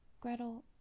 Gretel